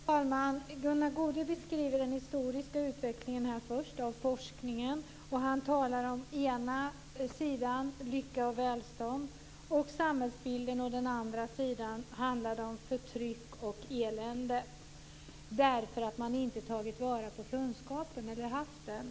Fru talman! Gunnar Goude beskriver först den historiska utvecklingen av forskningen. Han talar om å ena sidan lycka, välstånd och samhällsbildning, å andra sidan förtryck och elände därför att man inte har tagit vara på, eller haft, kunskapen.